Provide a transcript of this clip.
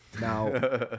now